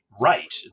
right